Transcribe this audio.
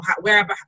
wherever